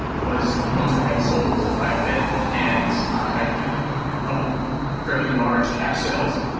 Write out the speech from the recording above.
was the most i had sold by a bit. and i had a couple of fairly large cash sales,